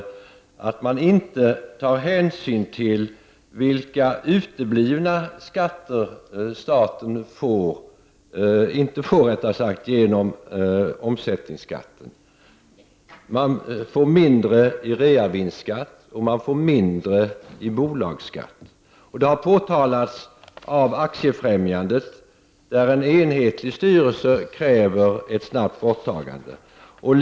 Man tar inte hänsyn till de skatteinkomster som staten går miste om genom omsättningsskatten. Staten får in mindre i reavinstskatt och i bolagsskatt. Detta har påtalats av Aktiefrämjandet, där en enig styrelse kräver ett snabbt borttagande av omsättningsskatten.